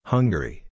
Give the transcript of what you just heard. Hungary